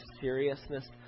seriousness